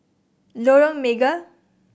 Lorong Mega